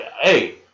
hey